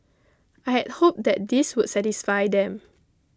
I hoped that this would satisfy them